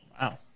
Wow